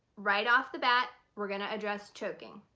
right off the bat we're gonna address choking.